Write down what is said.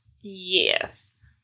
Yes